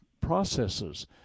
processes